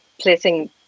placing